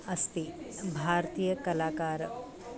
अस्ति भारतीयकलाकारः